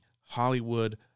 Hollywood